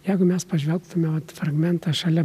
jeigu mes pažvelgtume vat fragmentą šalia